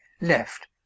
left